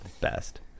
best